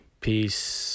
Peace